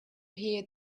hear